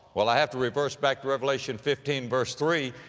well, i have to reverse back to revelation fifteen verse three,